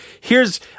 heres